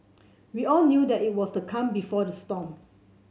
we all knew that it was the calm before the storm